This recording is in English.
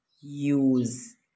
use